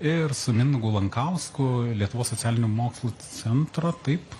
ir su mindaugu lankausku lietuvos socialinių mokslų centro taip